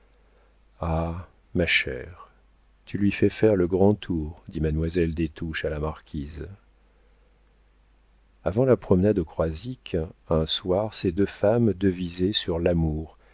ah ma chère tu lui fais faire le grand tour dit mademoiselle des touches à la marquise avant la promenade au croisic un soir ces deux femmes devisaient sur l'amour